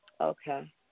Okay